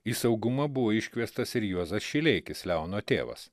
į saugumą buvo iškviestas ir juozas šileikis leono tėvas